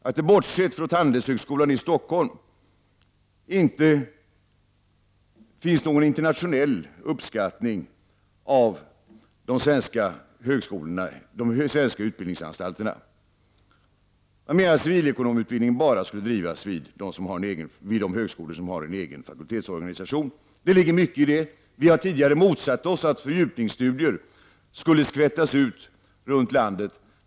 Bortsett från det som gäller Handelshögskolan i Stockholm finns det inte någon internationell uppskattning av de svenska utbildningsanstalterna. Civilekonomutbildning skulle alltså bara bedrivas vid de högskolor som har en egen fakultetsorganisation, och det ligger mycket i det resonemanget. Vi moderater har tidigare motsatt oss att fördjupningsstudier skulle skvättas ut över landet.